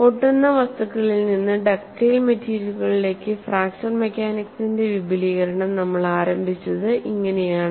പൊട്ടുന്ന വസ്തുക്കളിൽ നിന്ന് ഡക്റ്റൈൽ മെറ്റീരിയലുകളിലേക്ക് ഫ്രാക്ചർ മെക്കാനിക്സിന്റെ വിപുലീകരണം നമ്മൾ ആരംഭിച്ചത് ഇങ്ങനെയാണ്